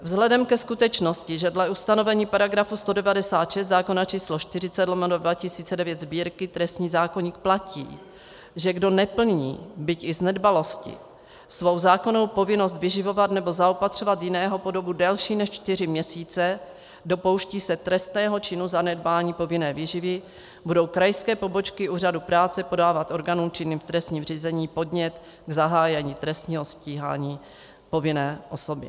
Vzhledem ke skutečnosti, že dle ustanovení § 196 zákona číslo 40/2009 Sb., trestní zákoník, platí, že kdo neplní, byť i z nedbalosti, svou zákonnou povinnost vyživovat nebo zaopatřovat jiného po dobu delší než čtyři měsíce, dopouští se trestného činu zanedbání povinné výživy, budou krajské pobočky úřadu práce podávat orgánům činným v trestním řízení podnět k zahájení trestního stíhání povinné osoby.